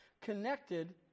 connected